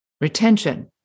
retention